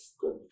good